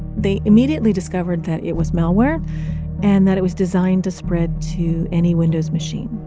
they immediately discovered that it was malware and that it was designed to spread to any windows machine.